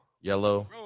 yellow